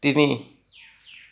তিনি